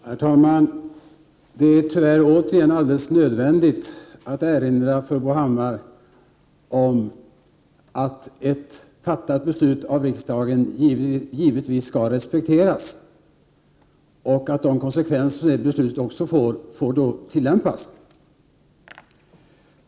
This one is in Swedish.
Herr talman! Det är tyvärr återigen alldeles nödvändigt att erinra Bo Hammar om att ett beslut som riksdagen har fattat skall tillämpas och att dess konsekvenser givetvis skall respekteras.